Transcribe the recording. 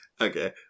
Okay